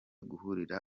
guhurira